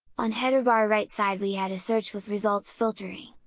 on headerbar right side we had a search with results filtering,